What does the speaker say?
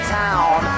town